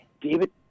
David